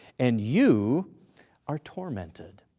and you are tormented.